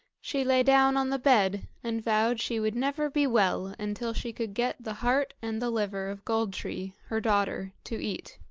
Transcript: she lay down on the bed, and vowed she would never be well until she could get the heart and the liver of gold-tree, her daughter, to eat.